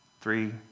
Three